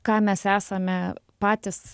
ką mes esame patys